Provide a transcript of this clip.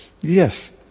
Yes